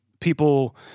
People